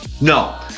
no